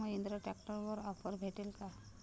महिंद्रा ट्रॅक्टरवर ऑफर भेटेल का?